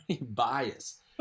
bias